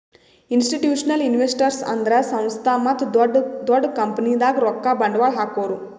institutional investors ಅಂದ್ರ ಸಂಸ್ಥಾ ಮತ್ತ್ ದೊಡ್ಡ್ ದೊಡ್ಡ್ ಕಂಪನಿದಾಗ್ ರೊಕ್ಕ ಬಂಡ್ವಾಳ್ ಹಾಕೋರು